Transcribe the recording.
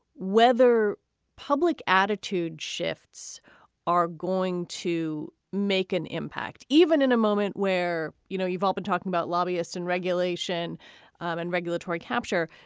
whether public attitude shifts are going to make an impact, even in a moment where, you know, you've all been talking about lobbyists and regulation and regulatory capture,